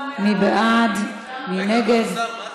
תחליט, לא ביקורת?